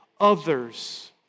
Others